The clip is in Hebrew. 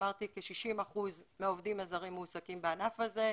אמרתי כ-60% מהעובדים הזרים מועסקים בענף הזה.